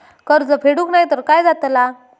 कर्ज फेडूक नाय तर काय जाताला?